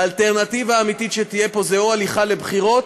האלטרנטיבה האמיתית שתהיה פה זה או הליכה לבחירות,